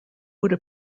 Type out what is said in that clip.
would